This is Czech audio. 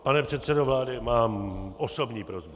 Pane předsedo vlády, mám osobní prosbu.